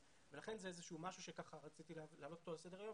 לכן זה איזשהו משהו שרציתי להעלות אותו על סדר היום.